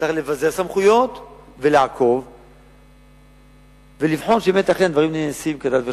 צריך לבזר סמכויות ולעקוב ולבחון שבאמת הדברים נעשים כדת וכדין.